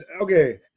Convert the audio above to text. okay